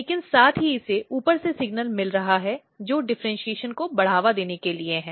लेकिन साथ ही इसे ऊपर से सिग्नल मिल रहा है जो डिफ़र्इन्शीएशन को बढ़ावा देने के लिए है